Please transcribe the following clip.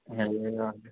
ए हजुर